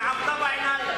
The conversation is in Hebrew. זו עבודה בעיניים.